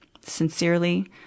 Sincerely